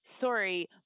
sorry